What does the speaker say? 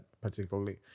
particularly